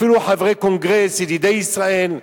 אפילו חברי קונגרס, ידידי ישראל,